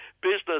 Business